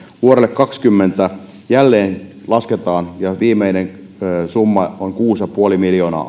vuodelle kaksikymmentä jälleen lasketaan ja viimeinen summa on kuusi ja puoli miljoonaa